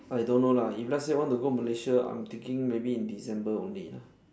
I don't know lah if let's say want to go malaysia I'm thinking maybe in december only